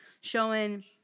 showing